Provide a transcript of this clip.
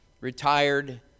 retired